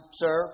sir